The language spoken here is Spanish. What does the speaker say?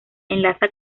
enlaza